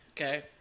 Okay